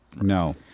No